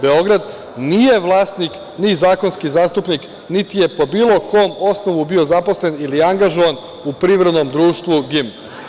Beograd nije vlasnik, ni zakonski zastupnik, niti je po bilo kom osnovu bio zaposlen ili angažovan u Privrednom društvu GIN.